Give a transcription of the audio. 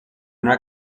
una